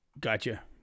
Gotcha